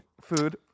Food